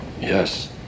yes